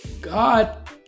god